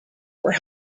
were